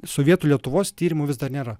sovietų lietuvos tyrimų vis dar nėra